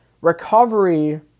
Recovery